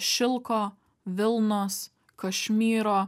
šilko vilnos kašmyro